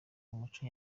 muco